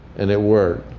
and it worked.